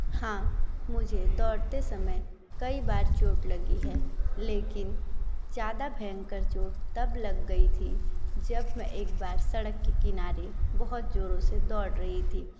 हाँ मुझे दौड़ते समय कई बार चोट लगी है लेकिन ज़्यादा भयंकर चोट तब लग गई थी जब मैं एक बार सड़क के किनारे बहुत ज़ोरों से दौड़ रही थी